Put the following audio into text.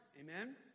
Amen